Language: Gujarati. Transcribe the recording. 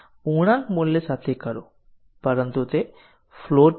આ આપણે કહ્યું કે ત્યાં છે આ સૌથી સરળ ડેટા ફ્લો ટેસ્ટિંગ છે